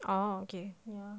oh okay ya